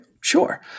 sure